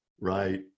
Right